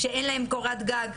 שאין להם קורת גג,